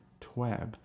Twab